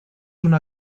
una